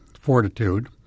fortitude